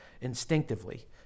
instinctively